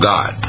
God